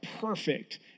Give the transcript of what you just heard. perfect